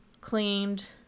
claimed